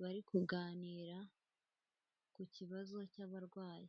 bari kuganira ku kibazo cy'abarwayi.